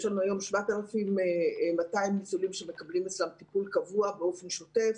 יש לנו היום 7,200 ניצולים שמקבלים אצלם טיפול קבוע באופן שוטף,